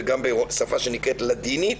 וגם בשפה שנקראת לדינית,